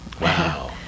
Wow